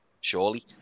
surely